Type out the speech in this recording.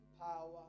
power